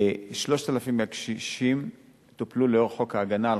3,000 מהקשישים טופלו לפי חוק ההגנה על